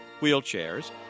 wheelchairs